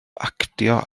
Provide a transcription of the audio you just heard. actio